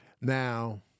Now